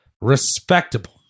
Respectable